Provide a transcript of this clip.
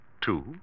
Two